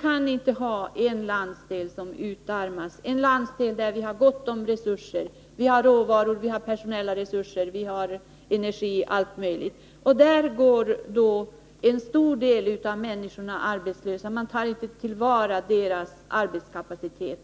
kan inte låta en landsdel utarmas. Norrbotten är en landsdel där det finns gott om resurser: där finns råvaror, personella resurser, energi och allt möjligt annat. Där går i dag en stor del av människorna arbetslösa. Man tar inte till vara deras arbetskapacitet.